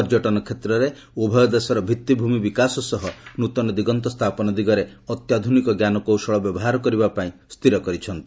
ପର୍ଯ୍ୟଟନ କ୍ଷେତ୍ରରେ ଉଭୟ ଦେଶର ଭିତ୍ତିଭୂମି ବିକାଶ ସହ ନୂତନ ଦିଗନ୍ତ ସ୍ଥାପନ ଦିଗରେ ଅତ୍ୟାଧୁନିକ ଜ୍ଞାନ କୌଶଳ ବ୍ୟବହାର କରିବା ପାଇଁ ସ୍ଥିର କରିଛନ୍ତି